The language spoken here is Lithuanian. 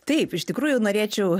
taip iš tikrųjų norėčiau